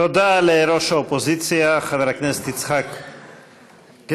תודה לראש האופוזיציה חבר הכנסת יצחק הרצוג.